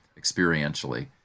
experientially